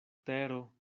tero